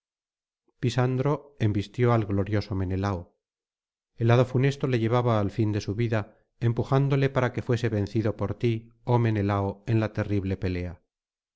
pisandro embistió al glorioso menelao el hado funesto le llevaba al fin de su vida empujándole para que fuese vencido por ti oh menelao en la terrible pelea